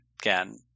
again